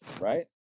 right